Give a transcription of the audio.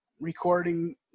recording